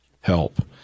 help